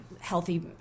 Healthy